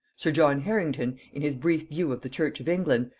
sir john harrington, in his brief view of the church of england,